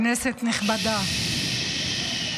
כנסת נכבדה, ששש.